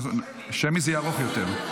שמית יהיה ארוך יותר.